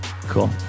Cool